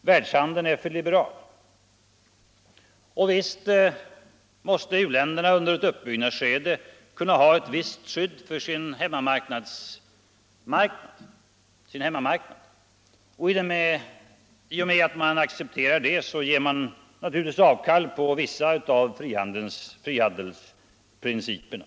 världshandeln är för liberal. Och visst måste u-länderna under ett uppbyggnadsskede ha ett visst skydd för sin hemmamarknad. I och med att man accepterar det, ger man naturligtvis visst avkall på frihandelsprinciperna.